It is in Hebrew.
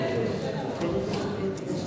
אני קודם חבר הכנסת.